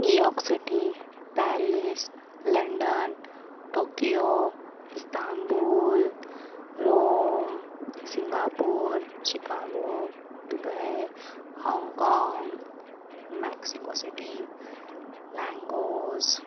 New York City Paris London Tokyo Istanbul Rome Singapore Chicago Dubai हाँगकाँग Mexico City Lagos